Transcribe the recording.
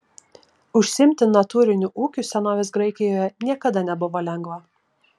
užsiimti natūriniu ūkiu senovės graikijoje niekada nebuvo lengva